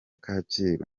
kacyiru